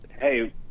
hey